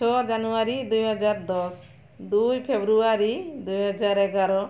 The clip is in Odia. ଛଅ ଜାନୁଆରୀ ଦୁଇହଜାର ଦଶ ଦୁଇ ଫେବୃଆରୀ ଦୁଇହଜାର ଏଗାର